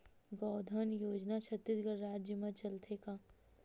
गौधन योजना छत्तीसगढ़ राज्य मा चलथे का?